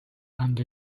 and